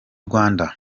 rwanda